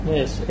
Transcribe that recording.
Yes